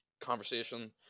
conversation